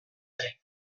ere